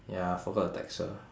ya forgot to text her